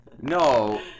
No